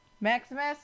Maximus